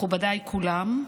מכובדיי כולם,